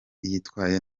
yitwaye